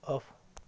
off